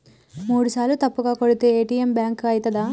మూడుసార్ల తప్పుగా కొడితే ఏ.టి.ఎమ్ బ్లాక్ ఐతదా?